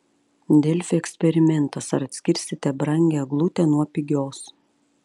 delfi eksperimentas ar atskirsite brangią eglutę nuo pigios